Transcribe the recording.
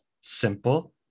simple